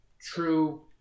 True